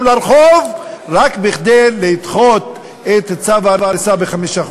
לרחוב רק כדי לדחות את צו ההריסה בחמישה חודשים.